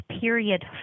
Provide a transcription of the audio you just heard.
period